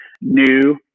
new